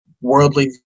worldly